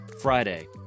Friday